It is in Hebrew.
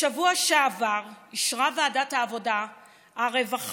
בשבוע שעבר אישרה ועדת העבודה הרווחה